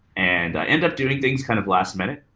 and i end up doing things kind of last minute.